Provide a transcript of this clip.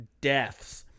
deaths